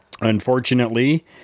Unfortunately